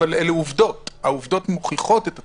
אלה עובדות שמוכיחות את עצמן.